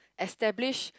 established